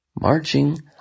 marching